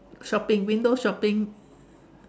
shopping window shopping